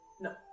No